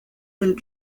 del